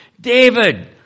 David